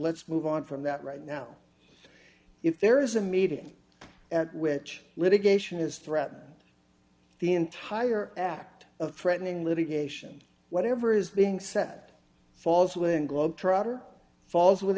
let's move on from that right now if there is a meeting at which litigation is threatened the entire act of threatening livy geisha and whatever is being set falls within globe trotter falls with